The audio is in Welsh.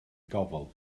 gofal